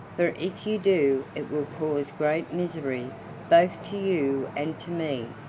for if you do it will cause great misery both to you and to me,